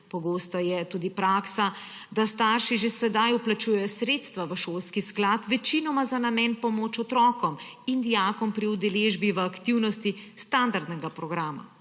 Pogosta je tudi praksa, da starši že sedaj vplačujejo sredstva v šolski sklad večinoma za namen pomoči otrokom in dijakom pri udeležbi v aktivnostih standardnega programa.